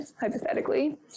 hypothetically